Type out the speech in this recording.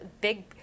big